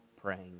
praying